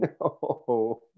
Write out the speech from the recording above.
no